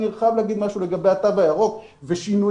אני חייב להגיד משהו לגבי התו הירוק ושינויים.